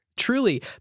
Truly